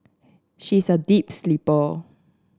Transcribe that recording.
she is a deep sleeper